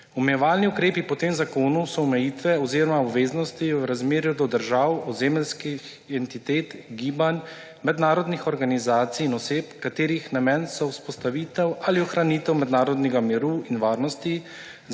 Omejevalni ukrepi po tem zakonu so omejitve oziroma obveznosti v razmerju do držav, ozemeljskih entitet, gibanj, mednarodnih organizacij in oseb, katerih namen so vzpostavitev ali ohranitev mednarodnega miru in varnosti,